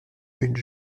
une